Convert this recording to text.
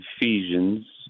Ephesians